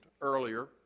earlier